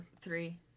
Three